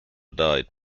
died